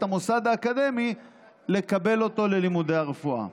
המוסד האקדמי לקבל אותו ללימודי הרפואה.